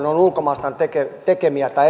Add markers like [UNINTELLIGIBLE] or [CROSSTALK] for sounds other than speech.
[UNINTELLIGIBLE] on ulkomaalaisten tekemiä tai [UNINTELLIGIBLE]